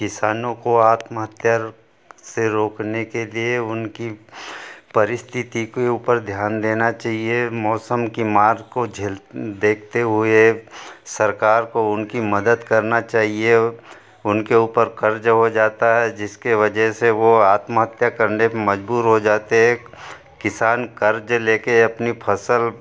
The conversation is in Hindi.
किसानों को आत्महत्या से रोकने के लिए उनकी परिस्थिति के ऊपर ध्यान देना चाहिए मौसम की मार को झेल देखते हुए सरकार को उनकी मदद करना चाहिए उनके ऊपर कर्ज़ हो जाता है जिसके वजह से वो आत्महत्या करने पर मजबूर हो जाते हैं किसान कर्ज़ ले कर अपनी फ़सल